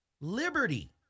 liberty